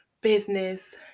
business